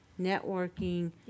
networking